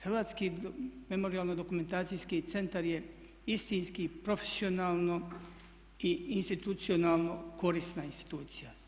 Hrvatski memorijalno-dokumentacijski centar je istinski, profesionalno i institucionalno korisna institucija.